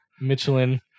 Michelin